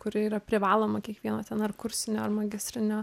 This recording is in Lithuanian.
kuri yra privaloma kiekvieno ten ar kursinio ar magistrinio